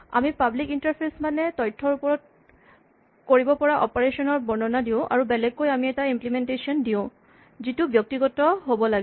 আমি public interface মানে তথ্যৰ ওপৰত কৰিব পৰা অপাৰেচনৰ বৰ্ণনা দিওঁ আৰু বেলেগকৈ আমি এটা ইম্লিমেন্টেচন দিয়ো যিটো ব্যক্তিগত হ'ব লাগে